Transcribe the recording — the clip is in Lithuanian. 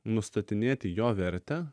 nustatinėti jo vertę